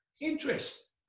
Interest